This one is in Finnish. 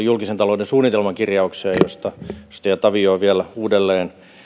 julkisen talouden suunnitelman kirjaukseen josta edustaja tavio vielä uudelleen